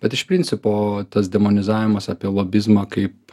bet iš principo tas demonizavimas apie lobizmą kaip